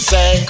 Say